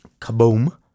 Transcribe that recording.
Kaboom